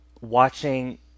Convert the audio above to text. watching